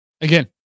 Again